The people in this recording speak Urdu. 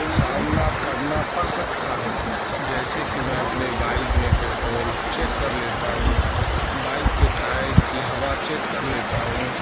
سامنا کرنا پڑ سکتا ہے جیسے کہ میں اپنے بائک میں پٹرول چیک کر لیتا ہوں بائک کے ٹائر کی ہوا چیک کر لیتا ہوں